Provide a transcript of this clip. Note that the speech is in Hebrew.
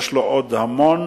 יש עוד המון